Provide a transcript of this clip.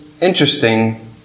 interesting